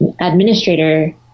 administrator